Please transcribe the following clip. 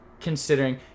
considering